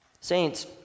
Saints